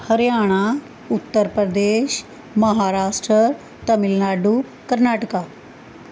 Haryana Uttar Pradesh Maharashtra Tamil Nadu Karnataka